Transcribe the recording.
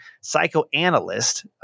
psychoanalyst